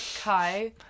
Kai